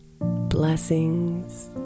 Blessings